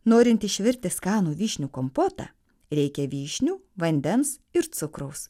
norint išvirti skanų vyšnių kompotą reikia vyšnių vandens ir cukraus